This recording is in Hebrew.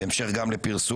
גם בהמשך לפרסומים,